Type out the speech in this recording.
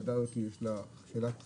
לוועדה הזאת יש שאלת חיים,